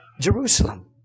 Jerusalem